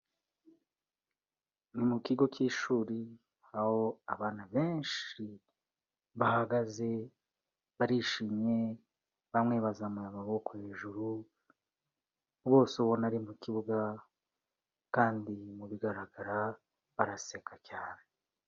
Ni mu kigo cy'ishuri, aho abana benshi bahagaze, barishimye, bamwe bazamuye amaboko hejuru, bose ubona ari mu kibuga kandi mu bigaragara, baraseka cyane.